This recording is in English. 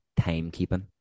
timekeeping